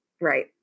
Right